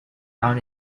round